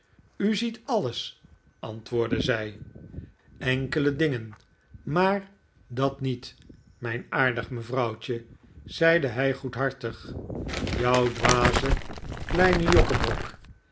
u ziet alles antwoordde zij enkele dingen maar dat niet mijn aardig mevrouwtje zeide hij goedhartig jouw dwaze kleine jokkebrok